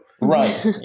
right